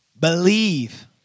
Believe